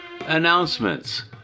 Announcements